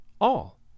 all